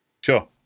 Sure